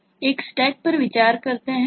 एक Stack पर विचार करते हैं